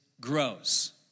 grows